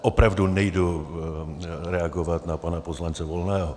Opravdu nejdu reagovat na pana poslance Volného.